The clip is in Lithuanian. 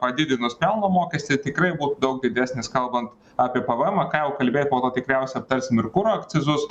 padidinus pelno mokestį tikrai bus daug didesnis kalbant apie pvemą ką jau kalbėt po to tikriausia aptarsim ir kuro akcizus